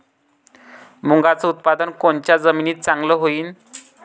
मुंगाचं उत्पादन कोनच्या जमीनीत चांगलं होईन?